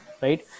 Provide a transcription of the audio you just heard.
right